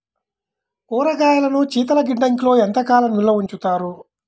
కూరగాయలను శీతలగిడ్డంగిలో ఎంత కాలం నిల్వ ఉంచుతారు?